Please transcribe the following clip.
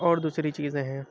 اور دوسری چیزیں ہیں